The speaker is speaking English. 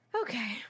Okay